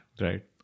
Right